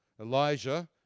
Elijah